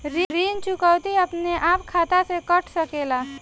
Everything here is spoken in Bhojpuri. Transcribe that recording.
ऋण चुकौती अपने आप खाता से कट सकेला?